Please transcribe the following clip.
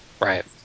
right